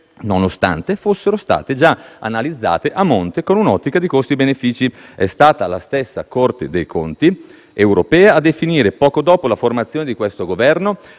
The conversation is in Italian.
nonostante fossero già state analizzate a monte con un'ottica di costi-benefici. È stata la stessa Corte dei conti europea a definire, poco dopo la formazione di questo Governo,